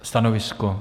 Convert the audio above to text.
Stanovisko?